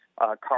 car